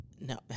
No